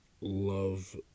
love